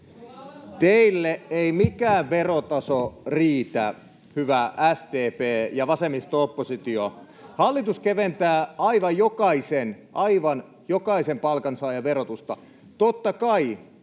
Teille ei mikään verotaso riitä, hyvä SDP ja vasemmisto-oppositio. Hallitus keventää aivan jokaisen, aivan jokaisen palkansaajan verotusta.